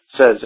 says